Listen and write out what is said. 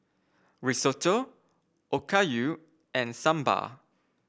Risotto Okayu and Sambar